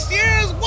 years